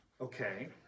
Okay